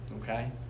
Okay